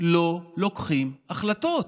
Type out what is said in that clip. לא מקבלים החלטות.